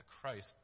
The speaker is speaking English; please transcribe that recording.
Christ